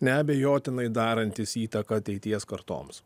neabejotinai darantis įtaką ateities kartoms